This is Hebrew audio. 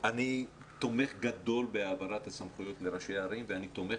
אני תומך גדול בהעברת הסמכויות לראשי הערים ואני תומך